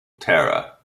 tara